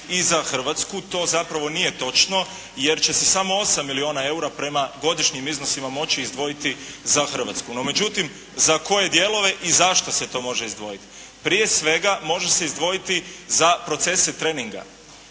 i za Hrvatsku. To zapravo nije točno, jer će se samo 8 milijuna eura prema godišnjim iznosima moći izdvojiti za Hrvatsku. No međutim, za koje dijelove i zašto se to može izdvojiti. Prije svega, može se izdvojiti za procese treninga,